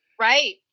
Right